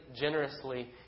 generously